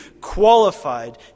qualified